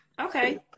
Okay